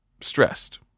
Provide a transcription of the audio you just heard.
stressed